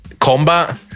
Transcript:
combat